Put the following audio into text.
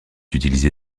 utilisé